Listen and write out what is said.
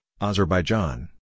Azerbaijan